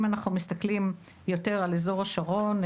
אם אנחנו מסתכלים יותר על אזור השרון,